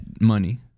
money